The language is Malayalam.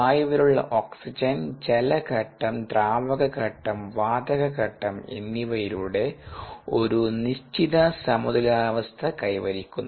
വായുവിലുള്ള ഓക്സിജൻ ജലഘട്ടം ദ്രാവകഘട്ടം വാതകഘട്ടം എന്നിവയിലൂടെ ഒരു നിശ്ചിത സമതുലിതാവസ്ഥ കൈവരിക്കുന്നു